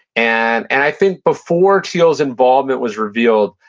and and i think before thiel's involvement was revealed,